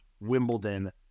Wimbledon